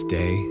day